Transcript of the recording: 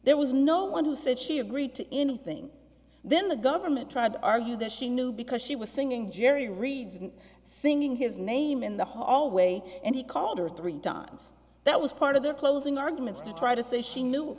there was no one who said she agreed to anything then the government tried to argue that she knew because she was singing jerry reeds and singing his name in the hallway and he called her three times that was part of their closing arguments to try to say she knew